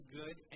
good